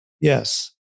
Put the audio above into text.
Yes